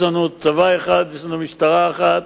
יש לנו צבא אחד ויש לנו משטרה אחת,